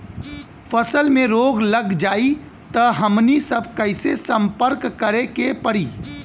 फसल में रोग लग जाई त हमनी सब कैसे संपर्क करें के पड़ी?